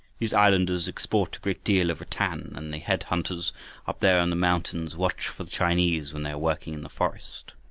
these islanders export a great deal of rattan, and the head-hunters up there in the mountains watch for the chinese when they are working in the forest.